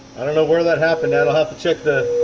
i don't know where that happened that i'll have to check the